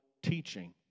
teaching